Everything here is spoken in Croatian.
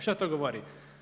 Što to govori?